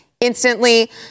instantly